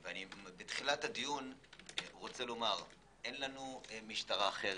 בתחילת הדיון אני רוצה לומר: אין לנו משטרה אחרת.